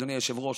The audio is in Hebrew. אדוני היושב-ראש,